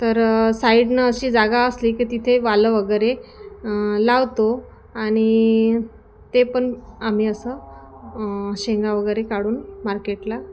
तर साईडनं अशी जागा असली की तिथे वालं वगैरे लावतो आणि ते पण आम्ही असं शेंगा वगैरे काढून मार्केटला